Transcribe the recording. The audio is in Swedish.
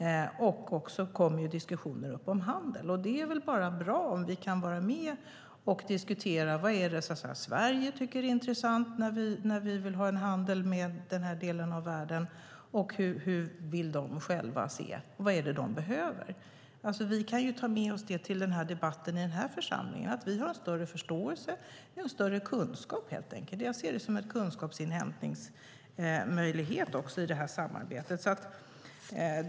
Diskussioner om handel kommer också upp, och det är väl bara bra om vi kan vara med och diskutera vad Sverige tycker är intressant när vi vill ha handel med den här delen av världen och få veta vad de vill och behöver. Vi kan ju ta med oss det till debatten i den här församlingen och ha större förståelse och större kunskap. Jag ser det här samarbetet också som en kunskapsinhämtningsmöjlighet.